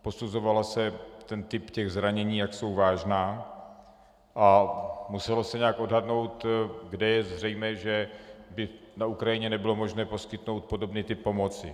Posuzoval se typ zranění, jak jsou vážná, a muselo se nějak odhadnout, kde je zřejmé, že by na Ukrajině nebylo možné poskytnout podobný typ pomoci.